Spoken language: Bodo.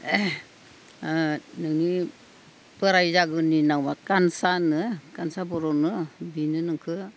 नोंनि बोराइ जागोननि नामा खानसा होनो खानसा बर'नो बिनो नोंखौ